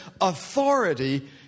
authority